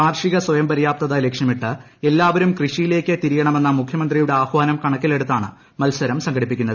കാർഷിക സ്വയംപര്യാപ്തത ലക്ഷ്യമിട്ട് എല്ലാവരും കൃഷിയിലേക്ക് തിരിയണമെന്ന മുഖൃമന്ത്രിയുടെ ആഹ്വാനം കണക്കിലെടുത്താണ് മത്സരം സംഘടിപ്പിക്കുന്നത്